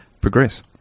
Progress